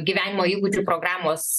gyvenimo įgūdžių programos